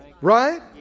Right